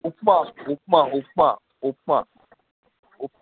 upma upma upma upma upma